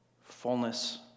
fullness